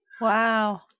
Wow